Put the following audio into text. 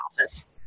office